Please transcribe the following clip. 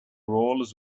roles